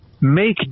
make